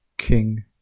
King